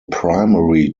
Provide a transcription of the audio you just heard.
primary